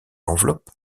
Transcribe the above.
enveloppe